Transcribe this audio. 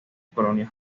colonia